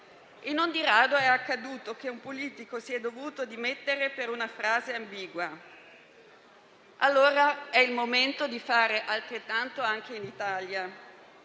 non di rado è accaduto che un politico si sia dovuto dimettere per una frase ambigua. È il momento di fare altrettanto in Italia.